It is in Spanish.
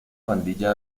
pandilla